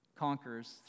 conquers